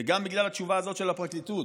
וגם בגלל התשובה הזאת של הפרקליטות,